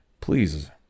please